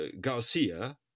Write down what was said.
Garcia